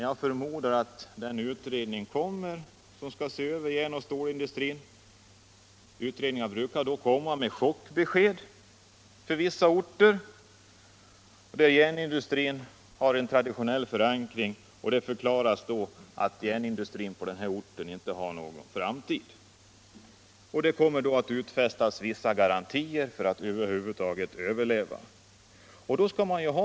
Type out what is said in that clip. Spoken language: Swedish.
Jag förmodar att när den utredning som skall se över järnoch stålindustrin är färdig med sitt arbete kommer den med chockbesked för vissa orter där järnindustrin har traditionell förankring — utredningar brukar göra det — och förklarar att järnindustrin på dessa orter inte har någon framtid. Det kommer då att utfärdas vissa garantier för att orterna över huvud taget skall överleva.